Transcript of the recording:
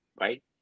right